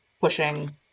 pushing